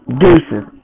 deuces